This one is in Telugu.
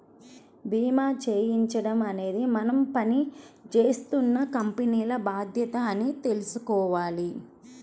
భీమా చేయించడం అనేది మనం పని జేత్తున్న కంపెనీల బాధ్యత అని తెలుసుకోవాల